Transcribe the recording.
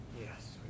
Yes